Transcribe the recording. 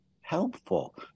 helpful